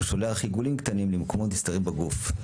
הוא שולח עיגולים קטנים למקומות נסתרים בגוף.